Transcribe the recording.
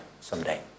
someday